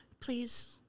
Please